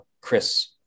chris